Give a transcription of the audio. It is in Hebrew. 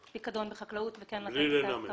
לפיקדון בחקלאות וכן לתת את ההסכמה -- בלי לנמק?